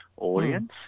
Audience